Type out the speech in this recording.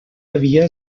havia